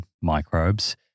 microbes